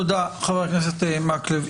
תודה, חבר הכנסת מקלב.